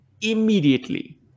immediately